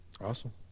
Awesome